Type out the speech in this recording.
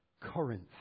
Corinth